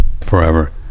forever